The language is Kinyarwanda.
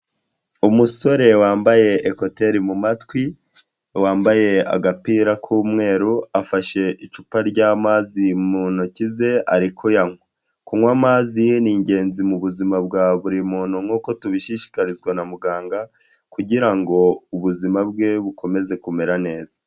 Umusore wambaye ekuteri mu matwi, wambaye agapira k'umweru, afashe icupa ry'amazi mu ntoki ze ari kuyanywa, kunywa amazi ni ingenzi mu buzima bwa buri muntu nk'uko tubishishikarizwa na muganga kugira ngo ubuzima bwe bukomeze kumera neza.